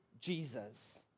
Jesus